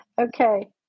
Okay